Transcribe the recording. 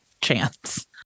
chance